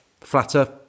flatter